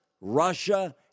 Russia